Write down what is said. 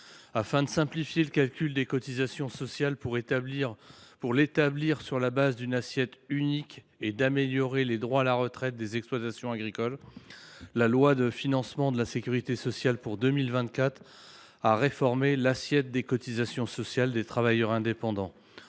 Pour simplifier le calcul des cotisations sociales, en l’établissant sur une assiette unique, et pour améliorer les droits en matière de retraite des exploitants agricoles, la loi de financement de la sécurité sociale pour 2024 a réformé l’assiette des cotisations sociales des travailleurs indépendants.